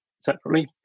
separately